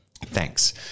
Thanks